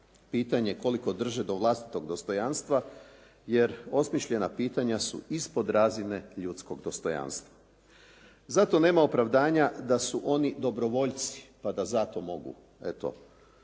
pitanje koliko drže do vlastitog dostojanstva jer osmišljena pitanja su ispod razine ljudskog dostojanstva. Zato nema opravdanja da su oni dobrovoljci pa da zato mogu eto